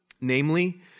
Namely